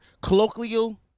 colloquial